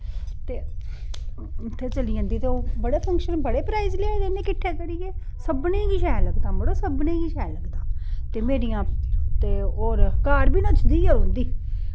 ते उत्थें चली जंदी ते बड़े फंक्शन ते बड़े प्राईज़ लेआए दे ते मड़ो सभनीं गै शैल लगदे मड़ो सभनीं गी गै शैल लगदे ते मेरियां ते होर घर बी नचदी गै रौंहदी